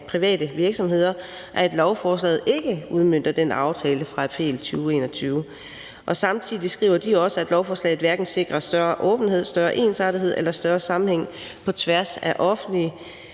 private virksomheder, og at lovforslaget ikke udmønter aftalen fra april 2021. Samtidig skriver de, at lovforslaget hverken sikrer større åbenhed, større ensartethed eller større sammenhæng på tværs af offentlige